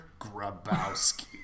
Grabowski